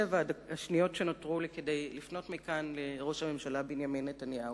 השניות שנותרו לי כדי לפנות מכאן לראש הממשלה בנימין נתניהו.